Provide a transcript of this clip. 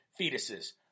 fetuses